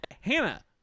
Hannah